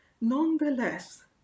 Nonetheless